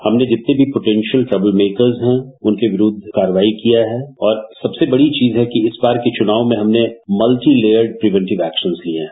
हमने जितने भी पॉटिशयल फर्म मेकर्स है उनके विरूद्ध कार्यवाही किया है और सबसे बड़ी चीज है इस बार में चुनाव में हमने मल्टीलेयर्ड प्रिविटेव एक्शन लिये है